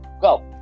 Go